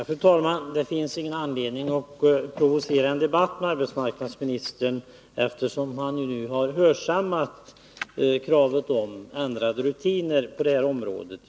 Fru talman! Det finns ingen anledning att provocera en debatt med arbetsmarknadsministern, eftersom han ju nu har hörsammat kraven om ändrade rutiner på området.